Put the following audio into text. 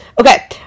okay